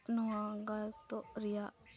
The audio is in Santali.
ᱱᱚᱣᱟ ᱜᱟᱣᱛᱚᱜ ᱨᱮᱭᱟᱜ